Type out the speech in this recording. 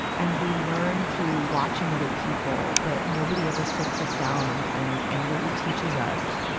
and we learn through watching other people, but nobody ever sits us down and, and, and really teaches us,